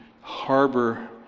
harbor